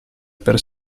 per